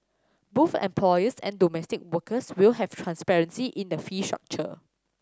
both employers and domestic workers will have transparency in the fee structure